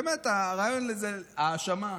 באמת, הרעיון הוא האשמה.